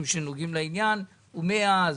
מאז,